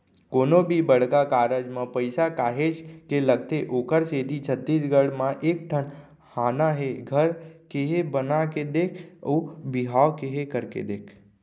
कोनो भी बड़का कारज म पइसा काहेच के लगथे ओखरे सेती छत्तीसगढ़ी म एक ठन हाना हे घर केहे बना के देख अउ बिहाव केहे करके देख